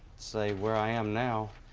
say, where i am now,